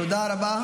תודה רבה.